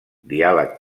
diàleg